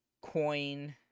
coin